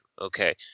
Okay